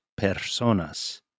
personas